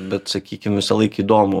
bet sakykim visąlaik įdomu